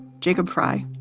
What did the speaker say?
jacob cry?